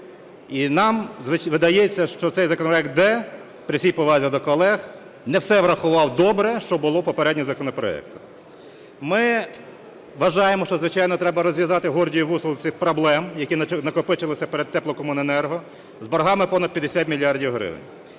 І нам видається, що цей законопроект "д", при всій повазі до колег, не все врахував добре, що було в попередніх законопроектах. Ми вважаємо, що звичайно треба розв'язати гордіїв вузол цих проблем, які накопичилися перед теплокомуненерго з боргами понад 50 мільярдів гривень.